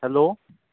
hello